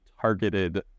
targeted